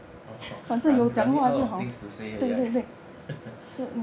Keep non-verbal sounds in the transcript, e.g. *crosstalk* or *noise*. oh oh *laughs* running out of things to say already right *laughs*